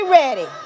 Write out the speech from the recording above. ready